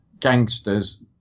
Gangsters